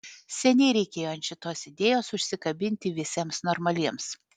seniai reikėjo ant šitos idėjos užsikabinti visiems normaliems